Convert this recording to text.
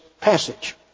passage